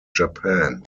japan